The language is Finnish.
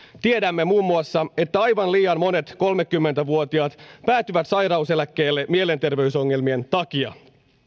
tiedämme muun muassa että aivan liian monet kolmekymmentä vuotiaat päätyvät sairauseläkkeelle mielenterveysongelmien takia